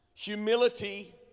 Humility